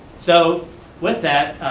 so with that,